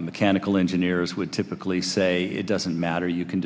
mechanical engineers would typically say it doesn't matter you can